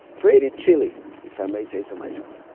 pretty chilly if i may say so myself.